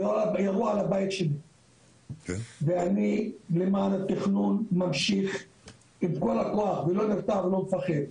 ירו על הבית שלי ואני למען התכנון ממשיך עם כל הכוח ולא נרתע ולא מפחד.